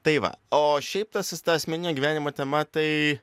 tai va o šiaip tas ta asmeninė gyvenimo tema tai